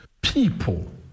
people